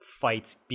fights